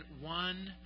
one